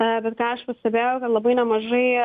e bet ką aš pastebėjau kad labai nemažai